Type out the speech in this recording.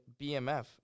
BMF